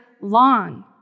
long